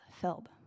filled